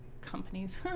companies